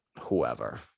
whoever